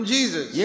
Jesus